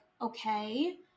okay